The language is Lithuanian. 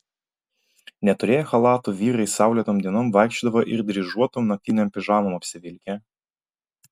neturėję chalatų vyrai saulėtom dienom vaikščiodavo ir dryžuotom naktinėm pižamom apsivilkę